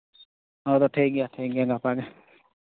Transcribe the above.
ᱦᱳᱭᱛᱚ ᱴᱷᱤᱠ ᱜᱮᱭᱟ ᱴᱷᱤᱠ ᱜᱮᱭᱟ ᱜᱟᱯᱟᱜᱮ